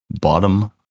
bottom